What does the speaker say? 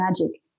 magic